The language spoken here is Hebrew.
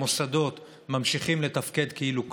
חלק מהמוסדות ממשיכים לתפקד כאילו כלום,